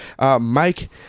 Mike